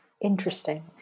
Interesting